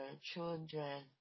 Children